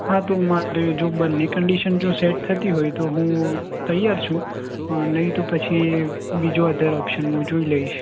હા તો મારે જો બંને કન્ડિશન જો સેટ થતી હોય તો હું તૈયાર છું નહીં તો પછી બીજો અધર ઓપ્શન હું જોઈ લઈશ